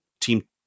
team